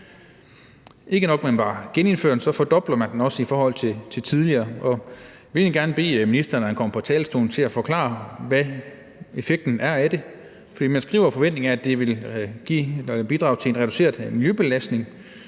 at man bare genindfører den, men man fordobler den også i forhold til tidligere. Jeg vil egentlig gerne bede ministeren, når han kommer på talerstolen, om at forklare, hvad effekten er af det. For man skriver, at forventningen er, at det vil give et bidrag til en reduceret miljøbelastning,